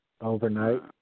Overnight